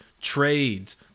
trades